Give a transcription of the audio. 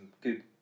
good